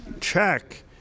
check